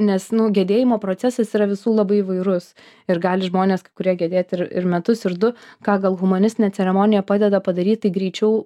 nes nu gedėjimo procesas yra visų labai įvairus ir gali žmonės kai kurie gedėti ir metus ir du ką gal humanistinė ceremonija padeda padaryti greičiau